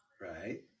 Right